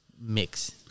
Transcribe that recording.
mix